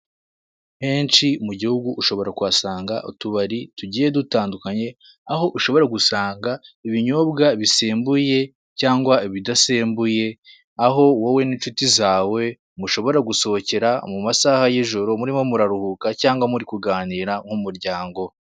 Henshi mu gihugu ushobora kuhasanga utubari tugiye dutandukanye, aho ushobora gusanga ibinyobwa bisembuye cyangwa ibidasembuye, aho wowe n'inshuti zawe mushobora gusohokera mu masaha y'ijoro murimo muraruhuka cyangwa muri kuganira nk'umuryango.